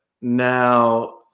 now